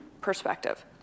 perspective